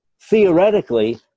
theoretically